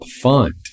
fund